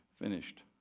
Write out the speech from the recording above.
Finished